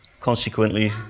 consequently